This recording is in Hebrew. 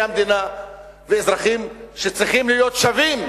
המדינה ואזרחים שצריכים להיות שווים.